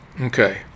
Okay